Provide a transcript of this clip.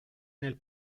nel